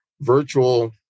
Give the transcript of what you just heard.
virtual